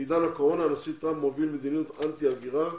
בעידן הקורונה הנשיא טראמפ מוביל מדיניות אנטי הגירה,